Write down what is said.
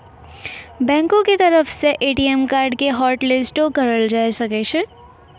बैंको के तरफो से ए.टी.एम कार्डो के हाटलिस्टो करलो जाय सकै छै